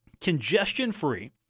congestion-free